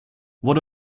what